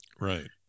Right